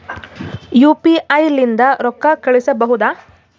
UPI ಲಿಂದ ರೊಕ್ಕ ಕಳಿಸಬಹುದಾ?